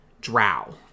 drow